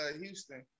Houston